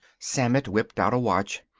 sammett whipped out a watch.